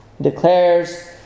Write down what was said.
declares